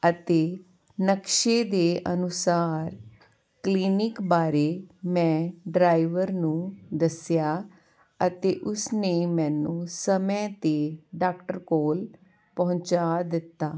ਅਤੇ ਨਕਸ਼ੇ ਦੇ ਅਨੁਸਾਰ ਕਲੀਨਿਕ ਬਾਰੇ ਮੈਂ ਡਰਾਈਵਰ ਨੂੰ ਦੱਸਿਆ ਅਤੇ ਉਸਨੇ ਮੈਨੂੰ ਸਮੇਂ 'ਤੇ ਡਾਕਟਰ ਕੋਲ ਪਹੁੰਚਾ ਦਿੱਤਾ